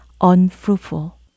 unfruitful